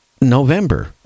november